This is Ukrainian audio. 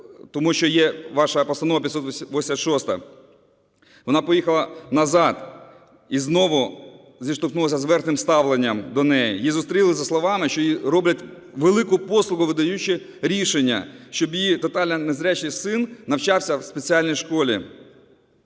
тому що є ваша Постанова 586. Вона поїхала назад, і знову зіштовхнулася зі зверхнім ставленням до неї. Її зустріли зі словами, що їй роблять велику послугу, видаючи рішення, щоб її тотально незрячий син навчався в спеціальній школі